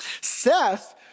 Seth